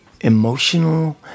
emotional